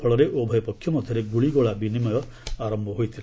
ଫଳରେ ଉଭୟ ପକ୍ଷ ମଧ୍ୟରେ ଗୁଳିଗୋଳା ବିନିମୟ ଆରମ୍ଭ ହୋଇଥିଲା